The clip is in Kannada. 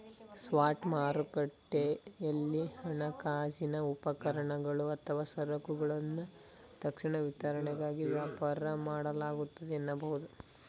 ಸ್ಪಾಟ್ ಮಾರುಕಟ್ಟೆಯಲ್ಲಿ ಹಣಕಾಸಿನ ಉಪಕರಣಗಳು ಅಥವಾ ಸರಕುಗಳನ್ನ ತಕ್ಷಣ ವಿತರಣೆಗಾಗಿ ವ್ಯಾಪಾರ ಮಾಡಲಾಗುತ್ತೆ ಎನ್ನಬಹುದು